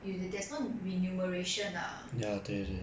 you there's no renumeration lah